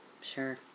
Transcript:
Sure